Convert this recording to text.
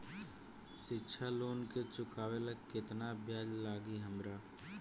शिक्षा लोन के चुकावेला केतना ब्याज लागि हमरा?